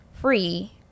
free